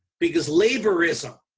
because laborism